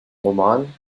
roman